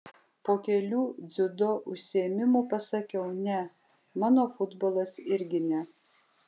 po kelių dziudo užsiėmimų pasakiau ne mano futbolas irgi ne